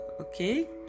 Okay